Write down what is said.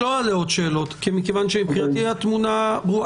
כיוון שמבחינתי התמונה ברורה.